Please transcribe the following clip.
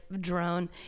drone